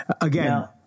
again